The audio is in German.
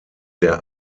der